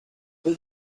were